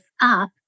up